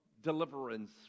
deliverance